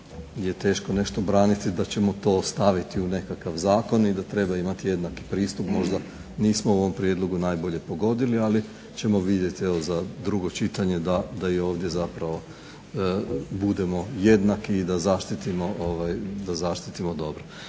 je nešto teško braniti i da ćemo to ostaviti u nekakav zakon i da treba imati jednaki pristup, možda nismo u ovom prijedlogu najbolje pogodili ali ćemo vidjeti za drugo čitanje da i ovdje zapravo budemo jednaki i da zaštitimo dobro.